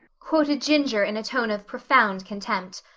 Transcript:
quoted ginger in a tone of profound contempt.